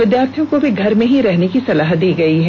विद्यार्थियों को भी घर में ही रहने की सलाह दी गई है